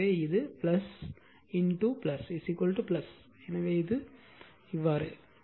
எனவே இது எனவே இது போன்றது